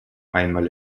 einmal